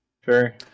Sure